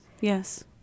Yes